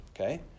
okay